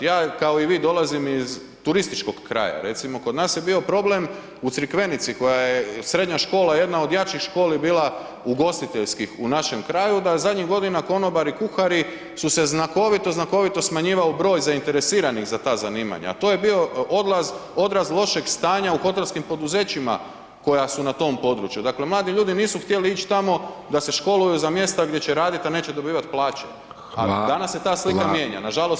Ja, kao i vi dolazim iz turističkog kraja, recimo, kod nas je bio problem u Crikvenici koja je srednja škola jedna od jačih školi bila ugostiteljskih u našem kraju, da zadnjih godina konobari i kuhari su se znakovito, znakovito smanjivao broj zainteresiranih za ta zanimanja, a to je bio odraz lošeg stanja u hotelskih poduzećima koja su na tom području, dakle mladi ljudi nisu htjeli ići tamo da se školuju za mjesta gdje će raditi, a neće dobivat plaće [[Upadica: Hvala vam.]] a danas se ta slika mijenja, nažalost